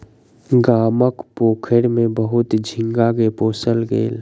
गामक पोखैर में बहुत झींगा के पोसल गेल